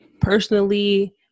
personally